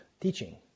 teaching